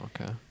okay